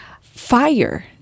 fire